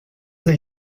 they